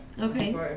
Okay